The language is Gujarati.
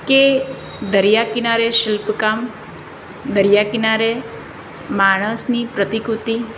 કે દરિયાકિનારે શિલ્પકામ દરિયાકિનારે માણસની પ્રતિકૃતી